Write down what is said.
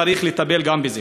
צריך לטפל גם בזה.